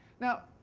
now,